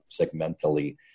segmentally